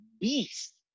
beast